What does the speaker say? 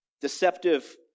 Deceptive